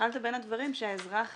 השחלת בין הדברים, שהאזרח